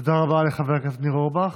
תודה רבה לחבר הכנסת ניר אורבך.